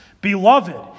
Beloved